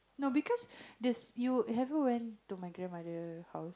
no because the you have you went to my grandmother house